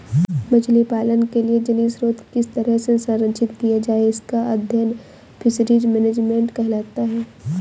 मछली पालन के लिए जलीय स्रोत किस तरह से संरक्षित किए जाएं इसका अध्ययन फिशरीज मैनेजमेंट कहलाता है